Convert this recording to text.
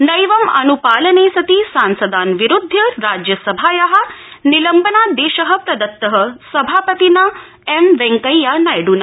नैवं अनुपालने सति सांस ान् विरूद्धय राज्यसभाया निलम्बना श प्र त्त सभापतिना एम् वेंकैया नायड्ना